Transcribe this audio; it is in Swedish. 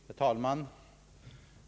Herr talman!